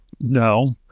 No